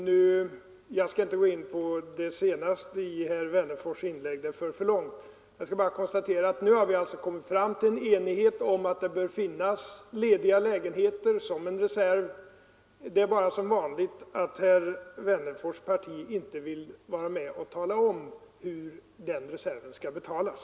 Fru talman! Jag skall inte gå in på det sista i herr Wennerfors inlägg — det skulle föra för långt. Jag skall bara konstatera att vi nu blivit eniga om att det bör finnas lediga lägenheter som en reserv. Det är bara som vanligt, att herr Wennerfors” parti inte vill tala om hur det hela skall betalas.